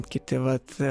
kiti vat